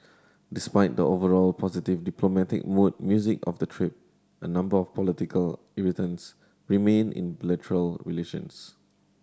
despite the overall positive diplomatic mood music of the trip a number of political irritants remain in relations